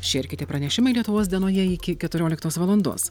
šie ir kiti pranešimai lietuvos dienoje iki keturioliktos valandos